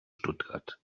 stuttgart